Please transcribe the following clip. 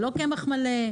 זה לא קמח מלא,